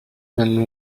and